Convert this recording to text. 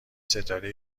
ستاره